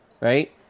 right